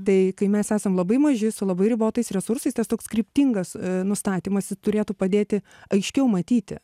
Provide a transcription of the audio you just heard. tai kai mes esam labai maži su labai ribotais resursais tas toks kryptingas nustatymas turėtų padėti aiškiau matyti